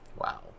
Wow